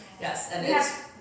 Yes